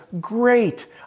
great